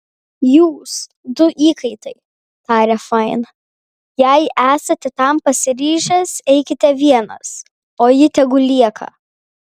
jūs du įkaitai tarė fain jei esate tam pasiryžęs eikite vienas o ji tegu lieka